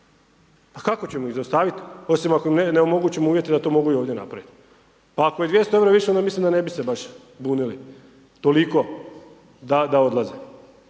Pa kako ćemo ih zaustaviti, osim ako im ne omogućimo uvjete da to mogu i ovdje napraviti. Pa ako je 200,00 EUR-a više, onda mislim da ne bi se baš bunili toliko da odlaze,